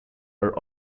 are